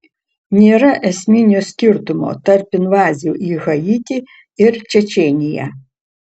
nėra esminio skirtumo tarp invazijų į haitį ir čečėniją